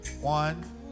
one